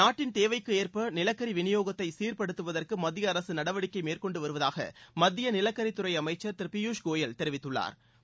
நாட்டின் தேவைக்கேற்ப நிலக்கரி விநியோகத்தை சீர்படுத்துவதற்கு மத்திய அரசு நடவடிக்கை மேற்கொண்டுவருவதாக மத்திய நிலக்கரி துறை அமைச்சள் திரு பியஷ் கோயல் தெரிவித்துள்ளாா்